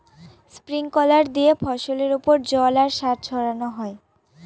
sprinkler দিয়ে ফসলের ওপর জল আর সার ছড়ানো হয়